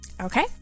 Okay